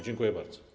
Dziękuję bardzo.